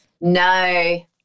no